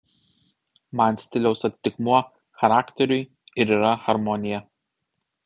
man stiliaus atitikmuo charakteriui ir yra harmonija